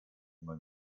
immer